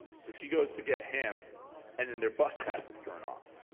so she goes to get him and then their bus passes turn off.